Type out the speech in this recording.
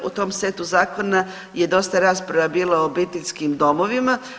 U tom setu zakona je dosta rasprava bilo o obiteljskim domovima.